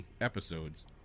episodes